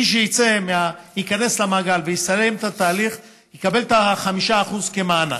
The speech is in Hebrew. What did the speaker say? מי שייכנס למעגל ויסיים את התהליך יקבל את ה-5% כמענק.